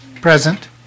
present